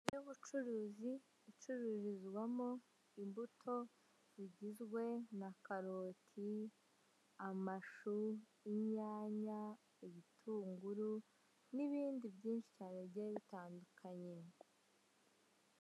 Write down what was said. Inzu y'ubucuruzi icururizwamo imbuto zigizwe na karoti, amashu, inyanya, ibitunguru n'ibindi byinshi cyane bigiye bitandukanye.